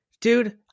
dude